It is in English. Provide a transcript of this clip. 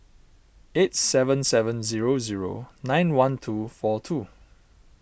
eight seven seven zero zero nine one two four two